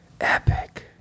Epic